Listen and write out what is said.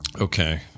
Okay